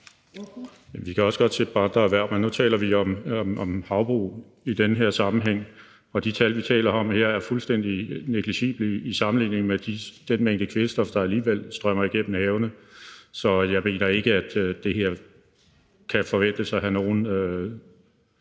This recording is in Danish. Vi kan også godt se på andre erhverv. Men nu taler vi om havbrug i den her sammenhæng, og de tal, vi taler om her, er fuldstændig negligible i sammenligning med den mængde kvælstof, der alligevel strømmer igennem havene. Så jeg mener ikke, at det her kan forventes at have nogen